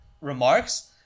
remarks